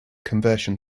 conversion